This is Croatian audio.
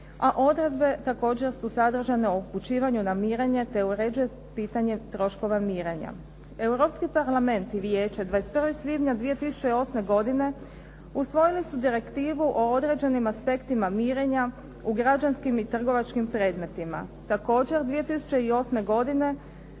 A odredbe također su sadržane o upućivanju na mirenje te uređuje pitanje troškova mirenja. Europski parlament i vijeće 21. svibnja 2008. godine usvojili su direktivu o određenim aspektima mirenja u građanskim i trgovačkim predmetima. Također 2008. godine